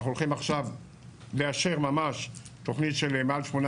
אנחנו הולכים עכשיו לאשר ממש תוכנית של מעל 18